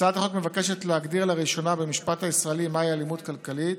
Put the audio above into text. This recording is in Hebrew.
הצעת החוק מבקשת להגדיר לראשונה במשפט הישראלי מהי אלימות כלכלית,